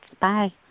Bye